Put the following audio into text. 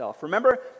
Remember